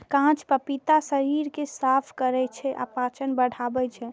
कांच पपीता शरीर कें साफ करै छै आ पाचन बढ़ाबै छै